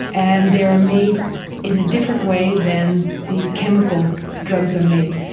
and they are made in a different way than the chemical drugs are made.